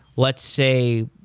let's say,